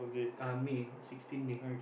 uh May sixteen May